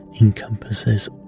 encompasses